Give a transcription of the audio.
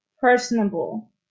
personable